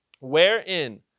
wherein